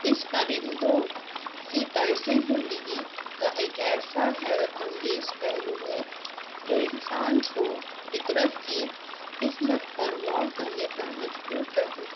اس پرندوں کی طرز زندگی کا ایک ایسا حیرت انگیز پہلو ہے جو انسان کو فطرت کی حکمت پر غور کرنے پر مجبور کر دیتے